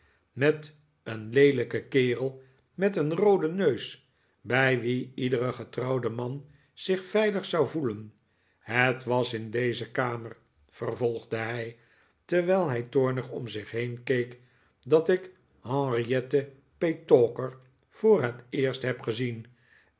met een leelijken kerel met een rooden neus bij wien iedere getrouwde man zich veilig zou voelen het was in deze kamer vervolgde hij terwijl hij toornig om zich heen keek dat ik henriette petowker voor het eerst heb gezien